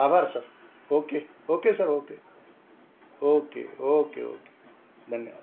आभार sir okay okay sir okay okay okay okay धन्यवाद